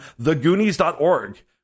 thegoonies.org